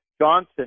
Johnson